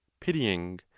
pitying